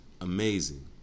amazing